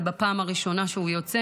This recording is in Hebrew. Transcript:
ובפעם הראשונה שהוא יוצא